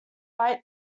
write